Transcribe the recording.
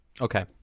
Okay